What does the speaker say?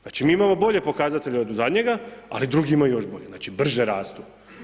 Znači mi imamo bolje pokazatelje od zadnjega, ali drugi imaju još bolje, znači brže rastu.